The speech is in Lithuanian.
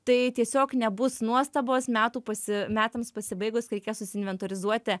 tai tiesiog nebus nuostabos metų pasi metams pasibaigus kai reikės suinventorizuoti